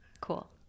Cool